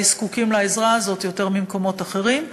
זקוקים לעזרה הזאת יותר מבמקומות אחרים,